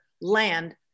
land